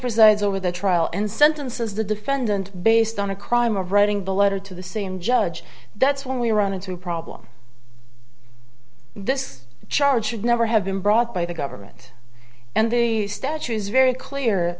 presides over the trial and sentences the defendant based on a crime of writing the letter to the same judge that's when we run into problems this charge should never have been brought by the government and the statute is very clear